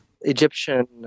Egyptian